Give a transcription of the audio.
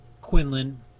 Quinlan